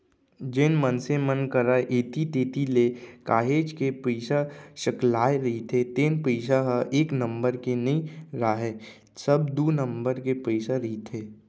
जेन मनसे मन करा ऐती तेती ले काहेच के पइसा सकलाय रहिथे तेन पइसा ह एक नंबर के नइ राहय सब दू नंबर के पइसा रहिथे